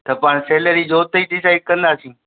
त पाण सेलेरी जो उते डिसाईड कंदासीं